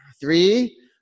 Three